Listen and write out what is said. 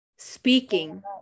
speaking